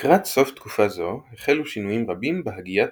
לקראת סוף תקופה זו, החלו שינויים רבים בהגיית